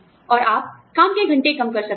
और आप काम के घंटे कम कर सकते हैं